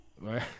Right